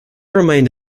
remained